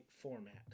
format